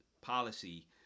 policy